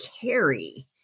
carry